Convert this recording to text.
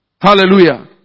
Hallelujah